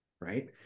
right